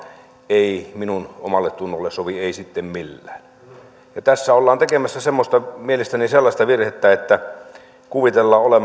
ei minun omalletunnolleni sovi ei sitten millään tässä ollaan tekemässä mielestäni sellaista virhettä että kuvitellaan